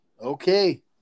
Okay